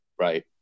right